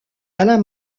alain